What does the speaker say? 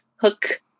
hook